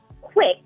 quick